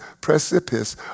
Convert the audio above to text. precipice